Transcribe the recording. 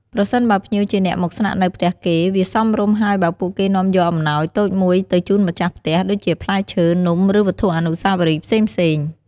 ប្រសិនបើភ្ញៀវជាអ្នកមកស្នាក់នៅផ្ទះគេ វាសមរម្យហើយបើពួកគេនាំយកអំណោយតូចមួយទៅជូនម្ចាស់ផ្ទះ ដូចជាផ្លែឈើ នំ ឬវត្ថុអនុស្សាវរីយ៍ផ្សេងៗ។